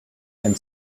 and